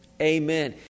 amen